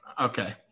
Okay